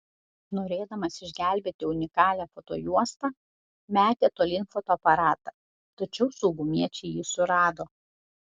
norėdamas išgelbėti unikalią fotojuostą metė tolyn fotoaparatą tačiau saugumiečiai jį surado